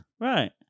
right